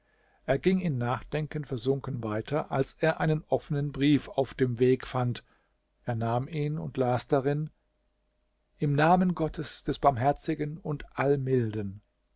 er ging in nachdenken versunken weiter als er einen offenen brief auf dem weg fand er nahm ihn und las darin im namen gottes des barmherzigen und allmilden